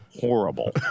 horrible